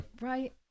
right